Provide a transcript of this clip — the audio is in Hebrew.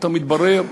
פתאום מתברר,